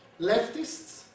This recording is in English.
leftists